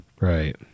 Right